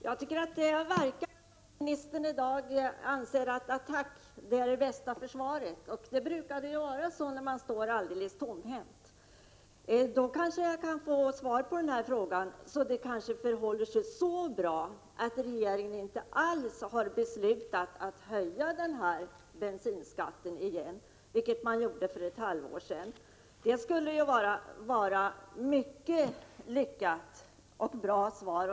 Herr talman! Jag tycker det verkar som om ministern i dag anser att attack är bästa försvar. Det brukar vara så när man står alldeles tomhänt. Då kanske jag kan få svar på min fråga. Det kanske förhåller sig så bra att regeringen inte alls har beslutat att höja bensinskatten igen, vilket man gjorde för ett halvår sedan. Det skulle vara ett mycket lyckat och bra svar.